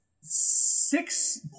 six